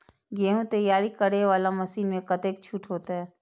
गेहूं तैयारी करे वाला मशीन में कतेक छूट होते?